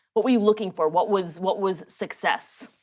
what were you looking for, what was what was success?